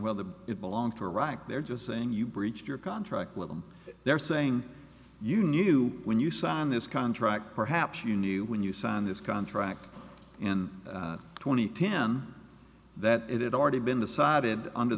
well the it belongs to iraq they're just saying you breached your contract with them they're saying you knew when you signed this contract perhaps you knew when you signed this contract and twenty to him that it had already been decided under